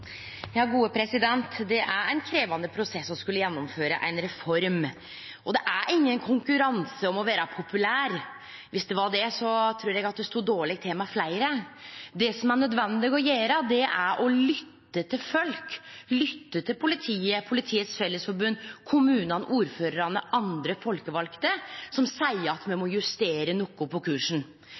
ein krevjande prosess å skulle gjennomføre ei reform, og det er ingen konkurranse om å vere populær. Viss det var det, trur eg det hadde stått dårleg til med fleire. Det som er nødvendig å gjere, er å lytte til folk, lytte til politiet og Politiets Fellesforbund, kommunane, ordførarane og andre folkevalde, som seier at me må justere noko på kursen.